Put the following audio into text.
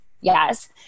Yes